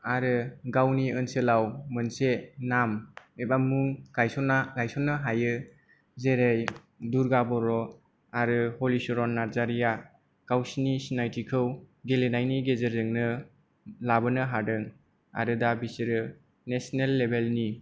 आरो गावनि ओनसोलाव मोनसे नाम एबा मुं गायसननो हायो जेरै दुर्गा बर' आरो हलिचरन नारजारिआ गावसिनि सिनायथिखौ गेलेनायनि गेजेरजोंनो लाबोनो हादों आरो दा बेसोरो नेसनेल लेभेल नि